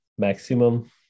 Maximum